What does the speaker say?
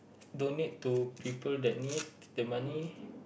donate to people that needs the money